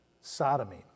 Sodomy